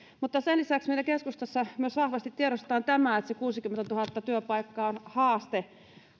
sen lisäksi meillä keskustassa myös vahvasti tiedostetaan että se kuusikymmentätuhatta työpaikkaa on haaste